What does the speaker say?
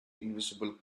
invisible